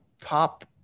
pop